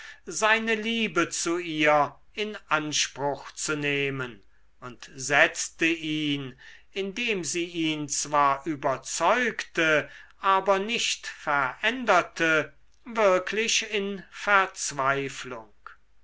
seine liebe zu ihr in anspruch zu nehmen und setzte ihn indem sie ihn zwar überzeugte aber nicht veränderte wirklich in verzweiflung